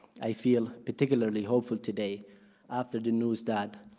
i feel particularly hopeful today after the news that